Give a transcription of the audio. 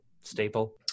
staple